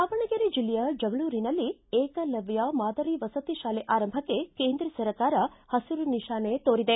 ದಾವಣಗೆರೆ ಜಿಲ್ಲೆಯ ಜಗಳೂರಿನಲ್ಲಿ ಏಕಲವ್ಯ ಮಾದರಿ ವಸತಿ ಶಾಲೆ ಆರಂಭಕ್ಕೆ ಕೇಂದ್ರ ಸರ್ಕಾರ ಹಸಿರು ನಿಶಾನೆ ತೋರಿದೆ